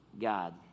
God